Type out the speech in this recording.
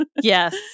Yes